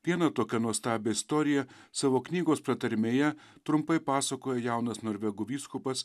vieną tokią nuostabią istoriją savo knygos pratarmėje trumpai pasakoja jaunas norvegų vyskupas